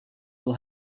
will